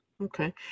Okay